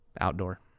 Outdoor